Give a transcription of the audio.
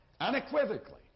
Unequivocally